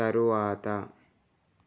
తరువాత